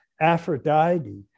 Aphrodite